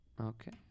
okay